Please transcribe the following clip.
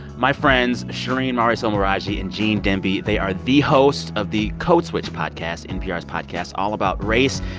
my friends shereen marisol meraji and gene demby. they are the hosts of the code switch podcast, npr's podcast all about race,